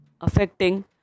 affecting